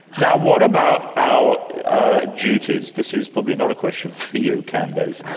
now what about our ah duties? this is probably not a question for you, candace.